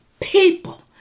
people